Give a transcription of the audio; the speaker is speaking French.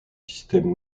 système